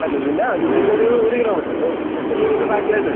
ആ ലുലുൻ്റെ ലുലുന്ന് ഒരു ഒര് കിലോമീറ്റർ ജസ്റ്റ് ലുലുൻ്റെ ബാക്കിൽ ആയിട്ട് വരും